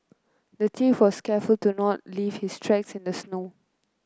the thief was careful to not leave his tracks in the snow